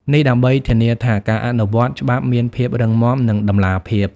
នេះដើម្បីធានាថាការអនុវត្តច្បាប់មានភាពរឹងមាំ និងតម្លាភាព។